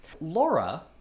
Laura